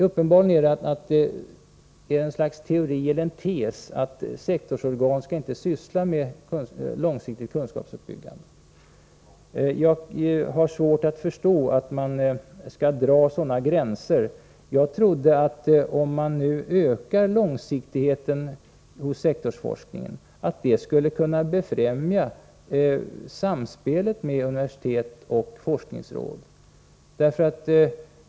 Uppenbarligen är det en tes att sektorsorgan inte skall syssla med långsiktigt kunskapsuppbyggande. Jag har svårt att förstå att man skall dra upp sådana gränser. Jag trodde att en ökning av långsiktigheten inom sektorsforskningen skulle kunna befrämja samspelet med universitet och forskningsråd.